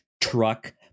truck